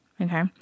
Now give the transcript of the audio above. Okay